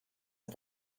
but